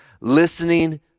Listening